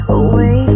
away